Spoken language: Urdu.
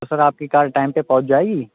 سر آپ کی کار ٹائم پہ پہنچ جائے گی